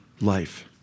life